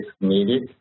needed